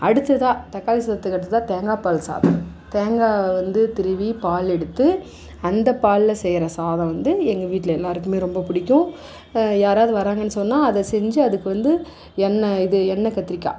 அடுத்ததாக தக்காளி சாதத்துக்கு அடுத்ததாக தேங்காய் பால் சாதம் தேங்காய் வந்து துருவி பால் எடுத்து அந்த பாலில் செய்கிற சாதம் வந்து எங்கள் வீட்டில் எல்லாேருக்குமே ரொம்ப பிடிக்கும் யாராவது வராங்கன்னு சொன்னால் அதை செஞ்சு அதுக்கு வந்து எண்ணெய் இது எண்ணெய் கத்திரிக்காய்